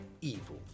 evil